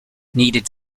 needed